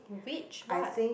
which what